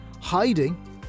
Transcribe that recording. Hiding